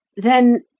then,